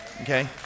Okay